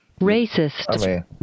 Racist